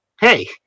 hey